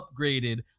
upgraded